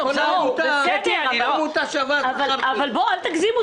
אל תגזימו.